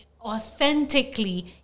authentically